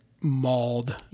mauled